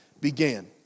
began